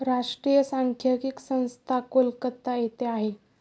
राष्ट्रीय सांख्यिकी संस्था कलकत्ता येथे आहे